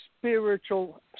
spiritual